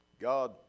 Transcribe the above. God